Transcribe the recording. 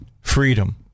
Freedom